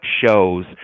shows